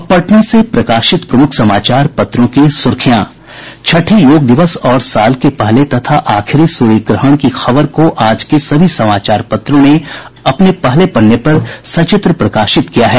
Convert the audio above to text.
अब पटना से प्रकाशित प्रमुख समाचार पत्रों की सुर्खियां छठे योग दिवस और साल के पहले तथा आखिरी सूर्यग्रहण की खबर को आज के सभी समाचार पत्रों ने अपने पहले पन्ने पर सचित्र प्रकाशित किया है